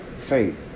faith